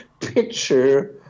picture